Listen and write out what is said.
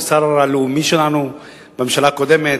ושר התשתיות הלאומיות שלנו בממשלה הקודמת,